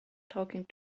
talking